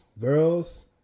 girls